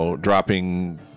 dropping